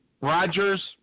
Rodgers